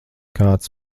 kāds